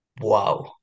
wow